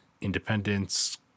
independence